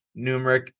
numeric